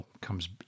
comes